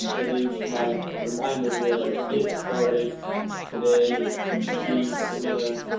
um and they use my reminder here like get started today to see similar